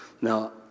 Now